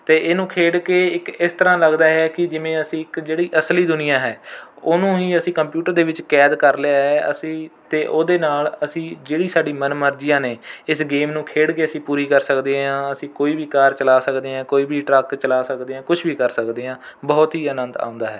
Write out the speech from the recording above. ਅਤੇ ਇਹਨੂੰ ਖੇਡ ਕੇ ਇੱਕ ਇਸ ਤਰ੍ਹਾਂ ਲੱਗਦਾ ਹੈ ਕਿ ਜਿਵੇਂ ਅਸੀਂ ਇੱਕ ਜਿਹੜੀ ਅਸਲੀ ਦੁਨੀਆ ਹੈ ਉਹਨੂੰ ਹੀ ਅਸੀਂ ਕੰਪਿਊਟਰ ਦੇ ਵਿੱਚ ਕੈਦ ਕਰ ਲਿਆ ਹੈ ਅਸੀਂ ਅਤੇ ਉਹਦੇ ਨਾਲ ਅਸੀਂ ਜਿਹੜੀ ਸਾਡੀ ਮਨਮਰਜ਼ੀਆਂ ਨੇ ਇਸ ਗੇਮ ਨੂੰ ਖੇਡ ਕੇ ਅਸੀਂ ਪੂਰੀ ਕਰ ਸਕਦੇ ਹਾਂ ਅਸੀਂ ਕੋਈ ਵੀ ਕਾਰ ਚਲਾ ਸਕਦੇ ਹਾਂ ਕੋਈ ਵੀ ਟਰੱਕ ਚਲਾ ਸਕਦੇ ਹਾਂ ਕੁਛ ਵੀ ਕਰ ਸਕਦੇ ਹਾਂ ਬਹੁਤ ਹੀ ਆਨੰਦ ਆਉਂਦਾ ਹੈ